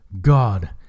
God